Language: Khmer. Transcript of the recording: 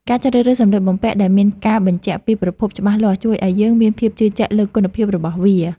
ការជ្រើសរើសសម្លៀកបំពាក់ដែលមានការបញ្ជាក់ពីប្រភពច្បាស់លាស់ ជួយឱ្យយើងមានភាពជឿជាក់លើគុណភាពរបស់វា។